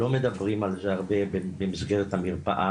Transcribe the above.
לא מדברים על זה הרבה במסגרת המרפאה,